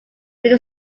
which